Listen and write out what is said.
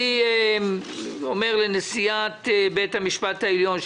אני אומרת לנשיאת בית המשפט העליון,